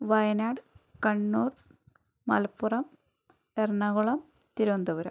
Wayanad Kannur Malappuram Ernakulam Thiruvananthapuram